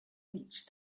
reached